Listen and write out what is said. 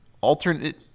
alternate